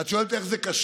את שואלת איך זה קשור?